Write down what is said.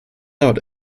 out